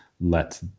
let